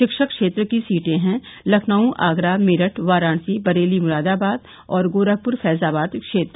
रिक्षक क्षेत्र की सीटें हैं लखनऊ आगरा मेरठ वाराणसी बरेली मुरादाबाद और गोरखपुर फैजाबाद क्षेत्र